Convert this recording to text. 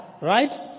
right